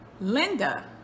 Linda